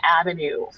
avenue